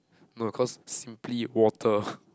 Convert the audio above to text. no because simply water